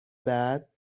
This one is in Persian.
بعد